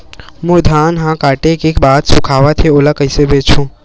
मोर धान ह काटे के बाद सुखावत हे ओला कइसे बेचहु?